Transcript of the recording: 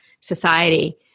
society